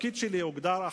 התפקיד שלי הוגדר,